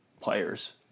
players